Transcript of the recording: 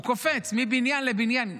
הוא קופץ מבניין לבניין,